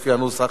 לפי הנוסח